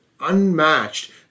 unmatched